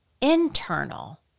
internal